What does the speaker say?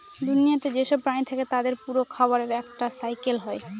দুনিয়াতে যেসব প্রাণী থাকে তাদের পুরো খাবারের একটা সাইকেল হয়